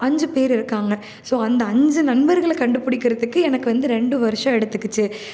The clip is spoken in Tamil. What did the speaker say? அஞ்சு பேர் இருக்காங்க ஸோ அந்த அஞ்சு நண்பர்களை கண்டுபிடிக்கிறதுக்கு எனக்கு வந்து ரெண்டு வருஷம் எடுத்துக்கிச்சு